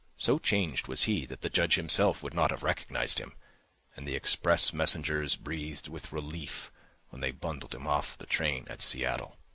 so changed was he that the judge himself would not have recognized him and the express messengers breathed with relief when they bundled him off the train at seattle.